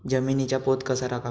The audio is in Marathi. जमिनीचा पोत कसा राखावा?